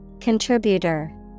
Contributor